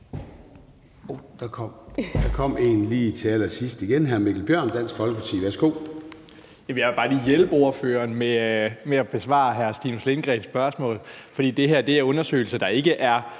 bemærkning lige her til allersidst igen. Hr. Mikkel Bjørn, Dansk Folkeparti. Værsgo. Kl. 21:15 Mikkel Bjørn (DF): Jeg vil bare lige hjælpe ordføreren med at besvare hr. Stinus Lindgreens spørgsmål. For det her er undersøgelser, der ikke er